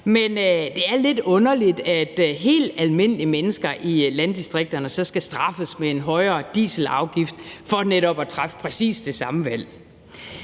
men det er lidt underligt, at helt almindelige mennesker i landdistrikterne så skal straffes med en højere dieselafgift for netop at træffe præcis det samme valg.